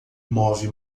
move